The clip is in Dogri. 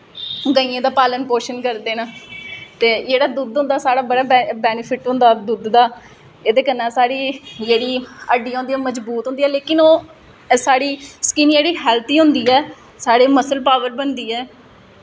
गइयें दा पालन पोषण करदे न ते जेह्ड़ा दुद्ध होंदा ओह् साढ़ा बड़ा बेनिफिट होंदा दुद्ध दा एह्दे कन्नै साढ़ी जेह्ड़ी हड्डियां होंदियां ओह् मज़बूत होंदियां लेकिन ओह् साढ़ी स्किन जेह्ड़ी हेल्थी होंदी ऐ साढ़ी मसल पॉवर बनदी ऐ